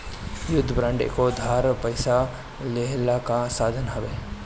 युद्ध बांड एगो उधार पइसा लेहला कअ साधन हवे